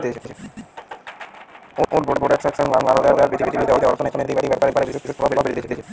would production ভারতে আর পৃথিবীর অর্থনৈতিক ব্যাপারে বিশেষ প্রভাব ফেলতিছে